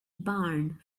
barn